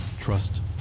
trust